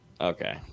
Okay